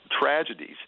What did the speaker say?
tragedies